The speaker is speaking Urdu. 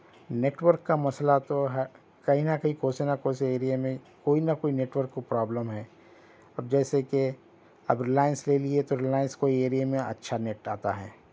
نیٹ ورک کا مسئلہ تو ہے کہیں نہ کہیں کو سے نہ کو سے ایریے میں کوئی نہ کوئی نیٹ ورک کو پروبلم ہے اب جیسے کہ اب ریلائنس لینی ہے تو ریلائنس کوئی ایریے میں اچھا نیٹ آتا ہے